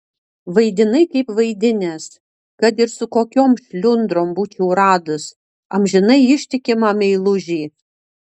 vaidinai kaip vaidinęs kad ir su kokiom šliundrom būčiau radus amžinai ištikimą meilužį